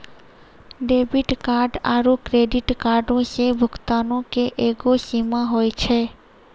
debit card आरू credit कार्डो से भुगतानो के एगो सीमा होय छै